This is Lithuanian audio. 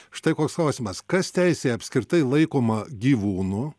štai koks klausimas kas teisėj apskritai laikoma gyvūnu